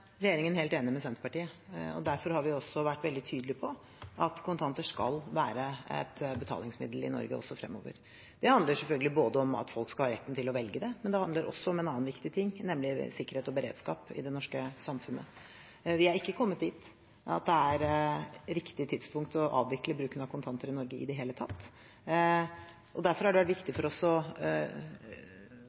er regjeringen helt enig med Senterpartiet. Derfor har vi også vært veldig tydelig på at kontanter skal være et betalingsmiddel i Norge også fremover. Det handler selvfølgelig om at folk skal ha retten til å velge det, men det handler også om en annen viktig ting, nemlig sikkerhet og beredskap i det norske samfunnet. Vi er ikke i det hele tatt kommet dit at det er riktig tidspunkt å avvikle bruken av kontanter i Norge. Derfor har det vært viktig for oss å